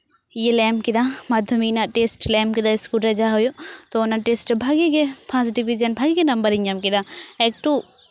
ᱤᱭᱟᱹ ᱞᱮ ᱮᱢ ᱠᱮᱫᱟ ᱢᱟᱫᱽᱫᱷᱚᱢᱤᱠ ᱨᱮᱱᱟᱜ ᱴᱮᱥᱴ ᱞᱮ ᱮᱢ ᱠᱮᱫᱟ ᱤᱥᱠᱩᱞ ᱨᱮ ᱡᱟᱦᱟᱸ ᱦᱩᱭᱩᱜ ᱛᱳ ᱚᱱᱟ ᱴᱮᱥᱴ ᱨᱮ ᱵᱷᱟᱜᱮ ᱜᱮ ᱯᱷᱟᱥᱴ ᱰᱤᱵᱷᱤᱡᱮᱱ ᱵᱷᱟᱜᱮ ᱜᱮ ᱱᱟᱢᱵᱟᱨᱤᱧ ᱧᱟᱢ ᱠᱮᱫᱟ ᱯᱷᱟᱭᱤᱵᱷ ᱴᱩ